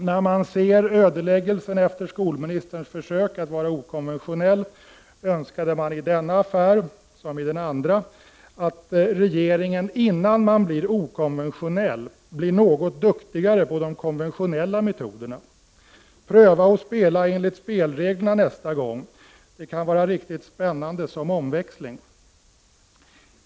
När man ser ödeläggelsen efter skolministerns försök att vara okonventionell, önskade man, i denna affär som i den andra, att regeringen innan den blir okonventionell blir något duktigare på de konventionella metoderna. Pröva att spela enligt spelreglerna nästa gång — det kan vara riktigt spännande som omväxling.